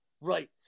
Right